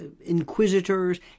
inquisitors